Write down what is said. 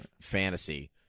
fantasy